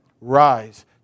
rise